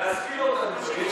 תן לו להשכיל אותנו.